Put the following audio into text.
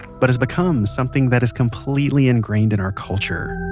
but has become something that is completely ingrained in our culture